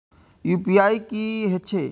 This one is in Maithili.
यू.पी.आई की हेछे?